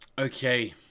Okay